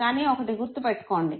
కానీ ఒకటి గుర్తు పెట్టుకోండి